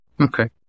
Okay